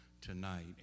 tonight